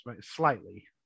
slightly